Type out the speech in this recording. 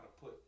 put